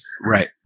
Right